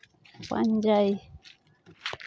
ᱯᱟᱸᱡᱟᱭ